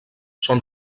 són